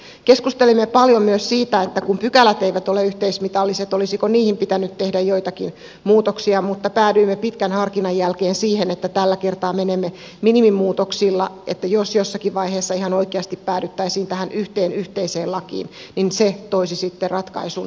keskustelimme paljon myös siitä että kun pykälät eivät ole yhteismitalliset olisiko niihin pitänyt tehdä joitakin muutoksia mutta päädyimme pitkän harkinnan jälkeen siihen että tällä kertaa menemme minimimuutoksilla niin että jos jossakin vaiheessa ihan oikeasti päädyttäisiin tähän yhteen yhteiseen lakiin niin se toisi sitten ratkaisun näihin